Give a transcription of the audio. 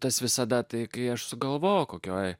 tas visada tai kai aš sugalvojau kokioje